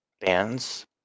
bands